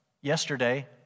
yesterday